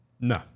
No